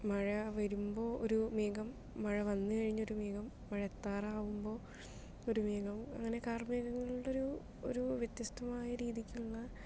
മഴ വരുമ്പോൾ ഒരു മേഘം മഴ വന്നു കഴിഞ്ഞൊരു മേഘം മഴ എത്താറാവുമ്പോൾ ഒരു മേഘം അങ്ങനെ കാർമേഘങ്ങളുടെ ഒരു ഒരു വ്യത്യസ്തമായ രീതിക്കുള്ള